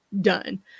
Done